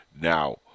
Now